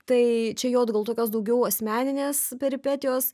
tai čia jo gal tokios daugiau asmeninės peripetijos